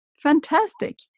Fantastic